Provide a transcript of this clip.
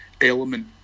element